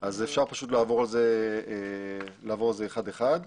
אז אפשר פושט לעבור על זה אחד אחד.